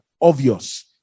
obvious